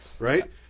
right